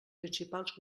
principals